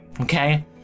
Okay